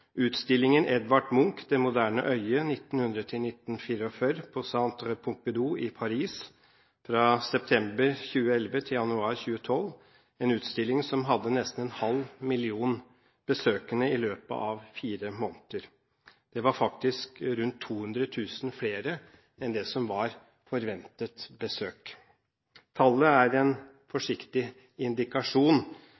utstillingen «Edvard Munch, det moderne øye, 1900–1944» på Centre Pompidou i Paris fra september 2011 til januar 2012, en utstilling som hadde nesten 0,5 millioner besøkende i løpet av fire måneder. Det var rundt 200 000 flere besøkende enn det som var forventet. Tallet er en